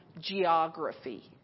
geography